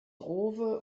grove